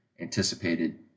anticipated